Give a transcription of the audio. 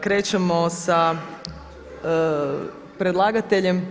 Krećemo sa predlagateljem.